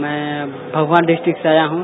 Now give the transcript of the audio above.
मैं भमुआ डिस्ट्रिक्ट से आया हूं